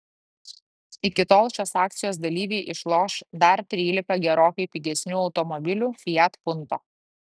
iki tol šios akcijos dalyviai išloš dar trylika gerokai pigesnių automobilių fiat punto